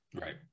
Right